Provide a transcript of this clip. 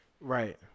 Right